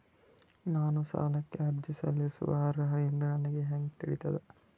ನಾನು ಸಾಲಕ್ಕೆ ಅರ್ಜಿ ಸಲ್ಲಿಸಲು ಅರ್ಹ ಎಂದು ನನಗೆ ಹೆಂಗ್ ತಿಳಿತದ?